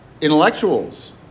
intellectuals